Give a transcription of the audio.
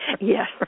Yes